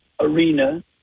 arena